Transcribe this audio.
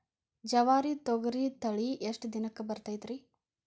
ಜವಾರಿ ತೊಗರಿ ತಳಿ ಎಷ್ಟ ದಿನಕ್ಕ ಬರತೈತ್ರಿ?